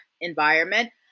environment